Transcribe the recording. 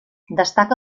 destaca